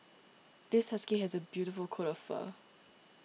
this husky has a beautiful coat of fur